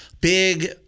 big